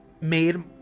made